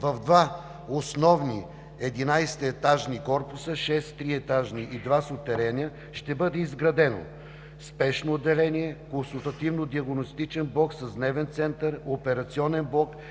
В два основни 11-етажни корпуса, шест триетажни и два сутерена ще бъдат изградени спешно отделение, консултативно диагностичен блок с дневен център, операционен блок,